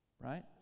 Right